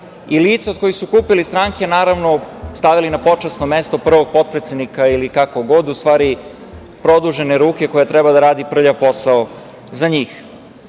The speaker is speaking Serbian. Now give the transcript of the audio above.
i lica od kojih su kupili stranke, naravno, stavili na počasno mesto prvog potpredsednika ili kako god, u stvari produžene ruke koja treba da radi prljav posao za